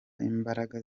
imbaraga